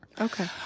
Okay